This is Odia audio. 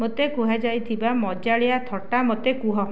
ମୋତେ କୁହାଯାଇଥିବା ମଜାଳିଆ ଥଟ୍ଟା ମୋତେ କୁହ